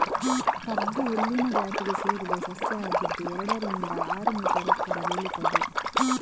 ಕಬ್ಬು ಹುಲ್ಲಿನ ಜಾತಿಗೆ ಸೇರಿದ ಸಸ್ಯ ಆಗಿದ್ದು ಎರಡರಿಂದ ಆರು ಮೀಟರ್ ಎತ್ತರ ಬೆಳೀತದೆ